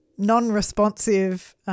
non-responsive